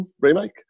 Remake